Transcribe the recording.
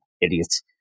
idiots